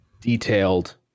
detailed